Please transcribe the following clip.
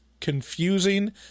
confusing